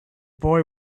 boy